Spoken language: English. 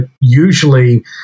usually